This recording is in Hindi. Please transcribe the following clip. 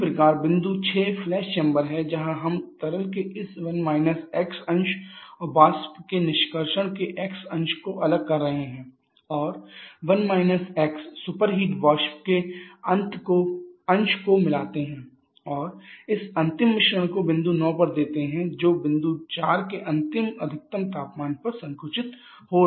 इसी प्रकार बिंदु 6 फ्लैश चैम्बर है जहां हम तरल के इस अंश और वाष्प के निष्कर्षण के x अंश को अलग कर रहे हैं और सुपरहिट वाष्प के अंश को मिलाते हैं और इस अंतिम मिश्रण को बिंदु 9 पर देते हैं जो बिंदु 4 के अंतिम अधिकतम तापमान पर संकुचित हो रहा है